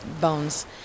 Bones